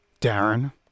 darren